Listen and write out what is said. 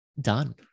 done